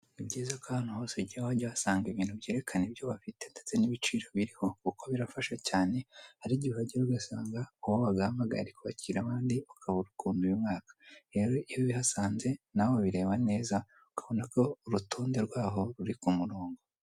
Ni byiza ko ahantu hose ugiye ujya wajya uhasanga ibintu byerekana ibyo bafite ndetse n'ibiciro biriho, kuko birafasha cyane hari igihe uhagera ugasanga uwo wagahamagaye ari kwakira abandi ukabura ukuntu ubimwaka. Rero iyo ubihasanze nawe ubireba neza ukabona ko urutonde rwaho ruri ku murongo.